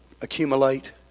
accumulate